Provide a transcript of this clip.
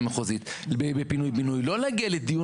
אני עונה לך.